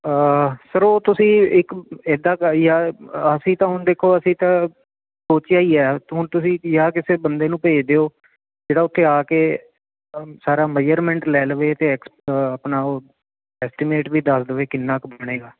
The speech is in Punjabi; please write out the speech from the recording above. ਸਰ ਉਹ ਤੁਸੀਂ ਇੱਕ ਇਦਾਂ ਕਈ ਆ ਅਸੀਂ ਤਾਂ ਹੁਣ ਦੇਖੋ ਅਸੀਂ ਤਾਂ ਸੋਚਿਆ ਹੀ ਆ ਹੁਣ ਤੁਸੀਂ ਯਾਂ ਕਿਸੇ ਬੰਦੇ ਨੂੰ ਭੇਜ ਦਿਓ ਜਿਹੜਾ ਉਥੇ ਆ ਕੇ ਸਾਰਾ ਮਈਅਰਮੈਂਟ ਲੈ ਲਵੇ ਤੇ ਆਪਣਾ ਉਹ ਐਕਟੀਮੇਟ ਵੀ ਦੱਸ ਦਵੇ ਕਿੰਨਾ ਕ ਬਣੇਗਾ